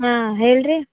ಹಾಂ ಹೇಳ್ರಿ